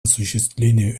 осуществлению